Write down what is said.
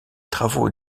travaux